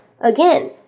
Again